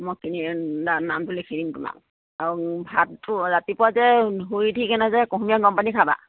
মই নামটো লিখি দিম তোমাক আৰু ভাতটো ৰাতিপুৱা যে শুই যে কুহুমীয়া গৰম পানী খাবা